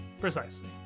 Precisely